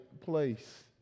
place